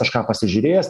kažką pasižiūrėjęs